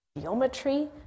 geometry